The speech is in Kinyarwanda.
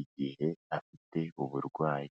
igihe afite uburwayi.